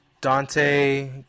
Dante